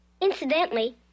incidentally